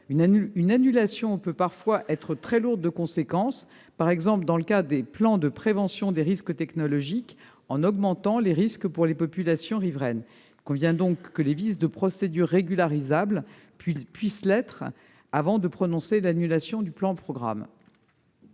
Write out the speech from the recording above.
Une annulation peut parfois être très lourde de conséquences, par exemple dans le cas des plans de prévention des risques technologiques, car elle augmente alors les risques pour les populations riveraines. Il convient donc que les vices de procédure qui peuvent être régularisés puissent l'être avant de prononcer l'annulation du plan programme.